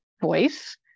voice